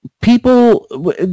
people